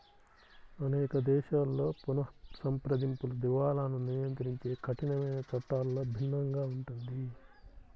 అనేక దేశాలలో పునఃసంప్రదింపులు, దివాలాను నియంత్రించే కఠినమైన చట్టాలలో భిన్నంగా ఉంటుంది